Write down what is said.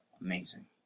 Amazing